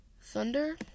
Thunder